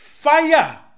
Fire